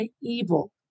evil